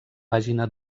pàgina